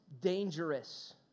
dangerous